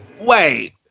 Wait